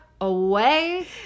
away